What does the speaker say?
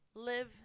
Live